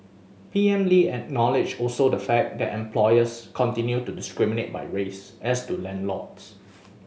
P M Lee acknowledged also the fact that employers continue to discriminate by race as do landlords